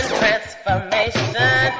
transformation